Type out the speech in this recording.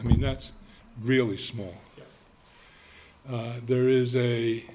i mean that's really small there is a